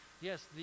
Yes